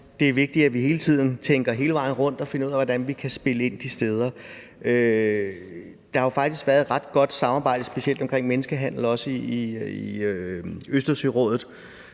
det er vigtigt, at vi hele tiden tænker hele vejen rundt og finder ud af, hvordan vi kan spille ind de forskellige steder. Der har jo faktisk også været et ret godt samarbejde i Østersørådet, specielt om menneskehandel, hvilket er